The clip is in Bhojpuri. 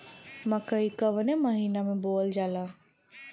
मकई कवने महीना में बोवल जाला?